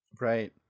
Right